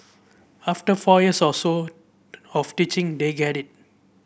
after four years or so of teaching they get it